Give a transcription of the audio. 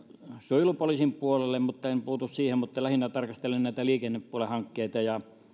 suojelupoliisin puolelle mutta en puutu siihen lähinnä tarkastelen näitä liikennepuolen hankkeita